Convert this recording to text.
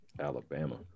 Alabama